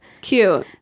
Cute